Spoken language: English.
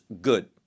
good